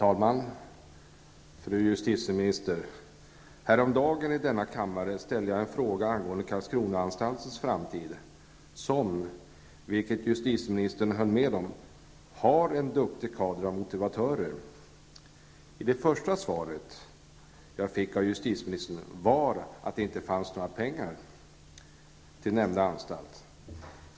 Herr talman! Häromdagen ställde jag, fru justitieminister, en fråga angående framtiden för Karlskronaanstalten som, vilket justitieministern höll med om, har en duktig kader av motivatörer. Justiteministerns första svar gick ut på att det inte fanns några pengar till anstalten.